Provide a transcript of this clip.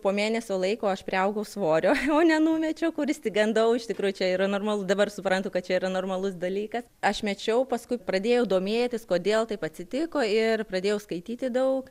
po mėnesio laiko aš priaugau svorio o nenumečiau kur išsigandau iš tikrųjų čia yra normalu dabar suprantu kad čia yra normalus dalykas aš mečiau paskui pradėjau domėtis kodėl taip atsitiko ir pradėjau skaityti daug